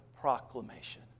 proclamation